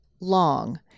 long